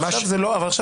אבל עכשיו זה לא העניין.